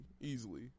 easily